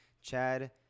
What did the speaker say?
Chad